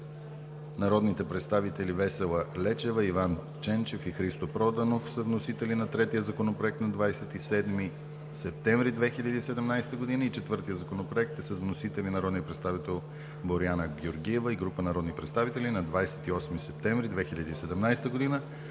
народните представители Весела Лечева, Иван Ченчев и Христо Проданов са вносители на третия Законопроект на 27 септември 2017 г.; и четвъртият Законопроект е с вносители народният представител Боряна Георгиева и група народни представители, на 28 септември 2017 г.